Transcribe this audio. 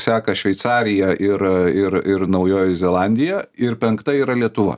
seka šveicarija ir ir ir naujoji zelandija ir penkta yra lietuva